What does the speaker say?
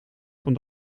van